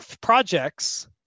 projects